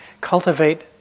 cultivate